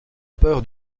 peur